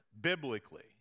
biblically